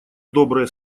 добрые